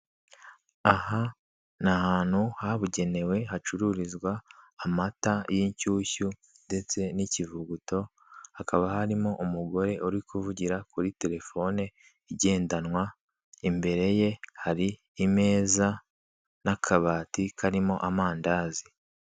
Aha ni ahantu habugenewe hacururizwa amata y'inshyushyu, ndetse n'ikivuguto hakaba hari umugore uri kuvugira kuri telefone igendanwa, imbere ye hari imeza n'akabati k'amandazi.